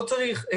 לא צריך אותו.